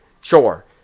Sure